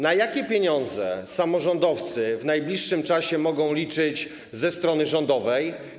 Na jakie pieniądze samorządowcy w najbliższym czasie mogą liczyć ze strony rządowej?